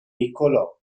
niccolò